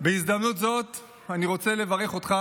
בהזדמנות הזאת אני רוצה לברך אותך,